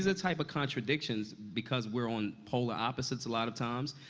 ah type of contradictions, because we're on polar opposites a lot of times,